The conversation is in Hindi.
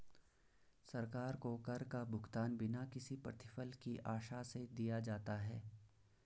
सरकार को कर का भुगतान बिना किसी प्रतिफल की आशा से दिया जाता है